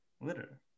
litter